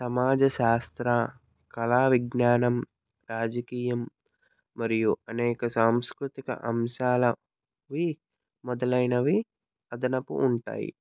సమాజ శాస్త్ర కళావిజ్ఞానం రాజకీయం మరియు అనేక సాంస్కృతిక అంశాలపై మొదలైనవి అదనపు ఉంటాయి